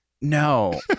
No